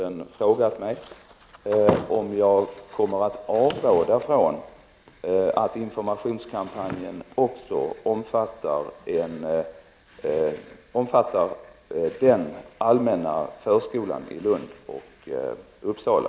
Min fråga till statsrådet Bengt Lindqvist är: Kommer statsrådet avråda från att informationskampanjen också omfattar den allmänna förskolan i Lund och Uppsala?